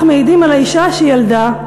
היאך מעידים על האישה שילדה,